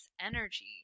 energy